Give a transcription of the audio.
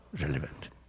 relevant